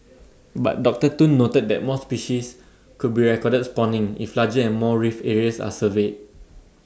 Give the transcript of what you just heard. but doctor Tun noted that more species could be recorded spawning if larger and more reef areas are surveyed